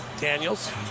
Daniels